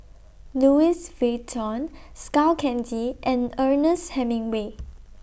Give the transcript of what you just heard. Louis Vuitton Skull Candy and Ernest Hemingway